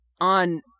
on –